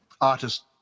artist